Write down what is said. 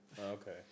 Okay